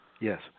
Yes